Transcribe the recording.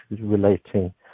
relating